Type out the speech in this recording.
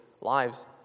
lives